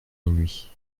minuit